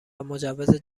مجوز